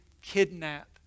kidnap